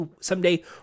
someday